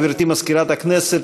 גברתי מזכירת הכנסת,